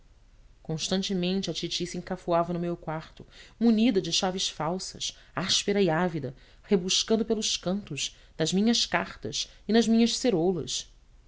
constantemente a titi se encafuava no meu quarto munida de chaves falsas ásperas e ávida rebuscando pelos cantos nas minhas cartas e nas minhas ceroulas